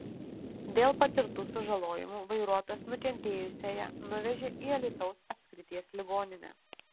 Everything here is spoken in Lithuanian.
dėl patirtų sužalojimų vairuotojas nukentėjusiąją nuvežė į alytaus apskrities ligoninę